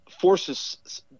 forces